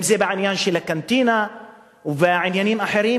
אם בעניין הקנטינה אם בעניינים אחרים